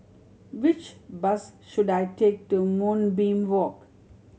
which bus should I take to Moonbeam Walk